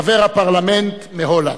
חבר הפרלמנט מהולנד,